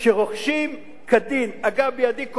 כשרוכשים כדין, אגב, בידי כל